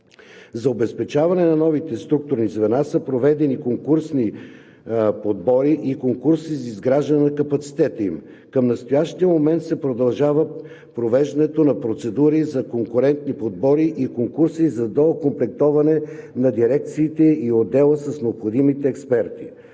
За обезпечаване на новите структурни звена са проведени конкурентни подбори и конкурси за изграждането на капацитета им. Към настоящия момент се продължава провеждането на процедури за конкурентни подбори и конкурси за доокомплектоването на дирекцията и отдела с необходимите експерти.